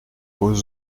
aux